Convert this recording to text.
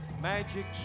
magic